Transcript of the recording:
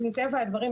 מטבע הדברים,